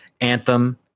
Anthem